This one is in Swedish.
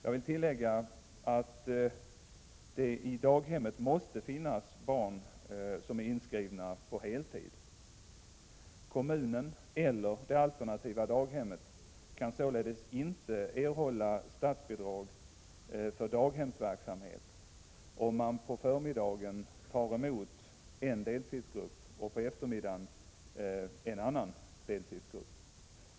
Jag vill tillägga att det i daghemmet måste finnas barn som är inskrivna på heltid. Kommunen eller det alternativa daghemmet kan således inte erhålla statsbidrag för daghemsverksamhet om man på förmiddagen tar emot en deltidsgrupp och på eftermiddagen en annan deltidsgrupp.